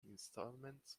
instalments